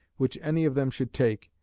which any of them should take,